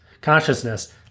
consciousness